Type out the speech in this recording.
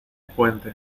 puente